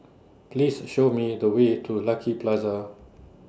Please Show Me The Way to Lucky Plaza